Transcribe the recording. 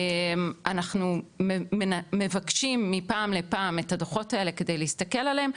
אנחנו מבקשים מפעם לפעם את הדוחות האלה כדי להסתכל עליהם,